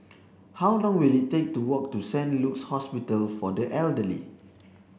how long will it take to walk to Saint Luke's Hospital for the Elderly